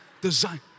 design